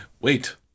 wait